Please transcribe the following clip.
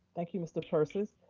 thank you, mr. persis.